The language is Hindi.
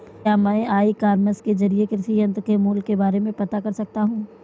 क्या मैं ई कॉमर्स के ज़रिए कृषि यंत्र के मूल्य के बारे में पता कर सकता हूँ?